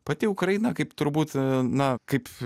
pati ukraina kaip turbūt na kaip